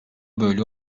böyle